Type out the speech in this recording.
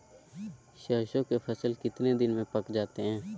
सरसों के फसल कितने दिन में पक जाते है?